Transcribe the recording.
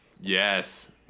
yes